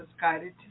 guided